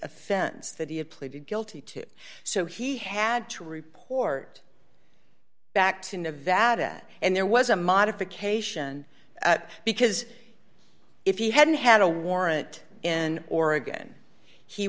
offense that he had pleaded guilty to so he had to report back to nevada and there was a modification because if he hadn't had a warrant in oregon he